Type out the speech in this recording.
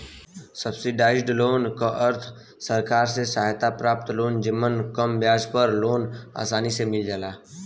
subsidised loan क अर्थ सरकार से सहायता प्राप्त लोन जेमन कम ब्याज पर लोन आसानी से मिल जाला